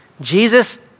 Jesus